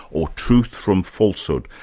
or truth from falsehood,